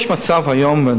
יש מצב היום,